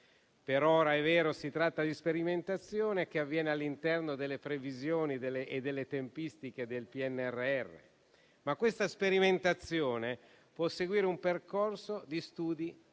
Per ora - è vero - si tratta di sperimentazione che avviene all'interno delle previsioni e delle tempistiche del PNRR, ma a questa sperimentazione può seguire un percorso di studi